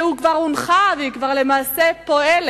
שהיא כבר הונחה והיא כבר למעשה פועלת,